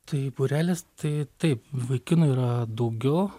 tai būrelis tai taip vaikinų yra daugiau